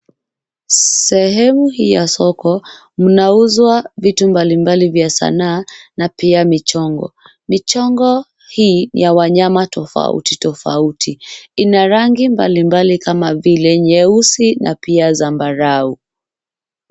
Sehemu hii ya soko mnauzwa vitu mbalimbali vya sanaa na pia michongo. Michongo hii ya wanyama tofauti tofauti. Ina rangi mbalimbali kama vile nyeusi na pia zambarau.